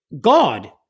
God